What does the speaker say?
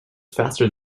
faster